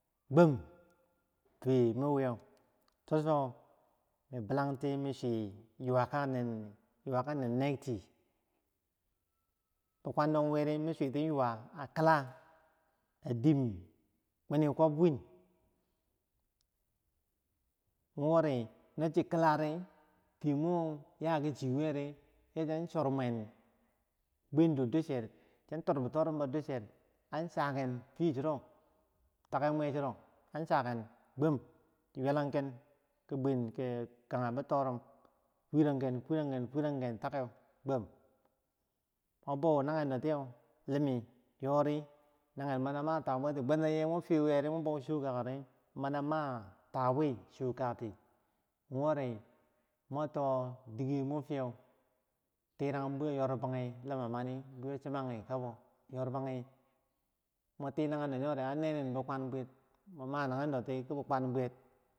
Gwam fiye mi wiyeu, cho- cho, mi bilanti mi chue yuka nennekti, yuka nennekti bikwando weri, miki suwe yuwa kila, a dim, bwini gomb win, wori, no chi kila di, fiyen mu yaki chiyedi, chan chorbwen buwendo doche, chan torbi torumbau doche, take mwe chiro an cha ken doche, yellanken, ki bwiuen, kanye bitorum, furanken furanken, furanken take gmam, muwa bau nanyen dotiyeu yori jori, mani ama tuwabiti, bwentano, mun bau nanyendi mini a ma twabiuti chokati, dike mu fiya mani a ma tuwati choka, mananma bwiyo chumanyi chumanyi, mu ti, digimufiye teram digiyanya nanyendo di an ne- nen bi kulan bwiyet.